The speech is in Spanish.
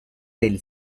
del